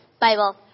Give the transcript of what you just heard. Bible